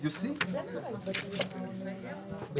אם יש עודף של כוח אדם